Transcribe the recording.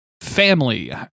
family